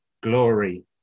glory